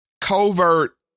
covert